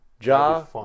Ja